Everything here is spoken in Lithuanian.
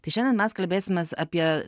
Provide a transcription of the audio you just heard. tai šiandien mes kalbėsimės apie